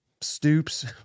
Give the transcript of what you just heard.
Stoops